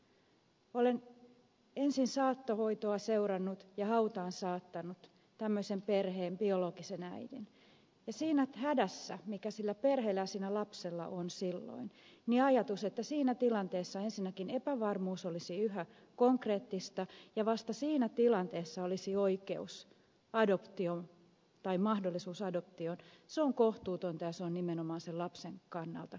olen ensin saattohoitoa seurannut ja hautaan saattanut tämmöisen perheen biologisen äidin ja siinä hädässä joka sillä perheellä ja sillä lapsella on silloin ajatus että siinä tilanteessa ensinnäkin epävarmuus olisi yhä konkreettista ja vasta siinä tilanteessa olisi mahdollisuus adoptioon on kohtuuton ja se on nimenomaan sen lapsen kannalta kohtuuton